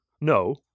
No